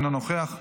אינו נוכח,